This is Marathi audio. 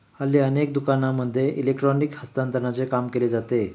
हल्ली अनेक दुकानांमध्ये इलेक्ट्रॉनिक हस्तांतरणाचे काम केले जाते